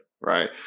Right